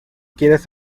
quieres